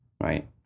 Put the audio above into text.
Right